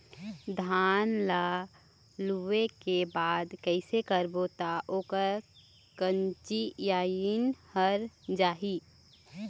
धान ला लुए के बाद कइसे करबो त ओकर कंचीयायिन हर जाही?